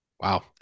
Wow